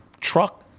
truck